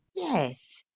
yes,